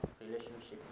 relationships